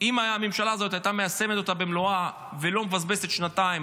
אם הממשלה הזאת הייתה מיישמת אותה במלואה ולא מבזבזת שנתיים,